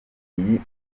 iyi